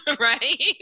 right